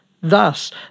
Thus